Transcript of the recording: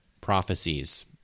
prophecies